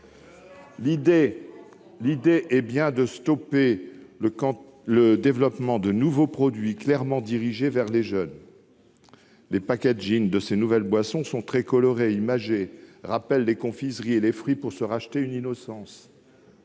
L'objectif est d'arrêter le développement de nouveaux produits clairement dirigés vers les jeunes. En effet, les packagings de ces nouvelles boissons sont très colorés et imagés, rappelant les confiseries et les fruits pour s'acheter une innocence.